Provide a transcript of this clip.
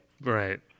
Right